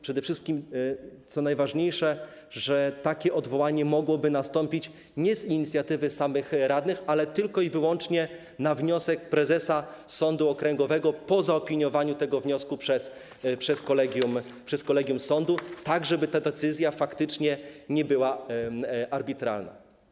Przede wszystkim, co najważniejsze, takie odwołanie mogłoby nastąpić nie z inicjatywy samych radnych, ale tylko i wyłącznie na wniosek prezesa sądu okręgowego, po zaopiniowaniu tego wniosku przez kolegium sądu, tak żeby ta decyzja faktycznie nie była arbitralna.